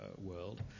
world